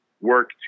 work